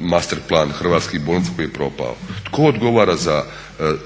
master plan hrvatskih bolnica koji je propao. Tko odgovara